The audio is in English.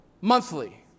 monthly